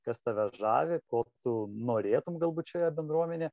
kas tave žavi ko tu norėtum galbūt šioje bendruomenėje